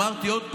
אמרתי עוד פעם,